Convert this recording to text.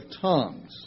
tongues